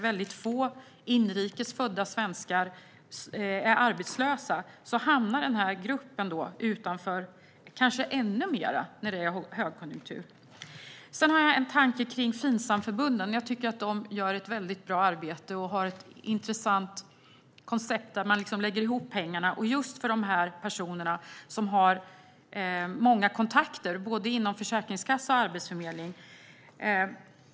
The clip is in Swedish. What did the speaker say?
Väldigt få inrikes födda svenskar är arbetslösa. Den här gruppen hamnar kanske ännu mer utanför när det är högkonjunktur. Jag har en tanke om Finsamförbunden. Jag tycker att de gör ett väldigt bra arbete och har ett intressant koncept där man lägger ihop pengarna. Det gäller just för de personer som har många kontakter inom både Försäkringskassan och Arbetsförmedlingen.